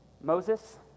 Moses